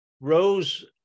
rose